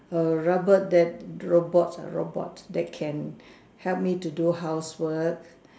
A robot that robots ah robot that can help me to do housework